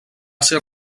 ser